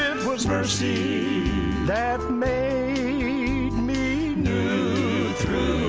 was mercy that made me new through